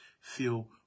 feel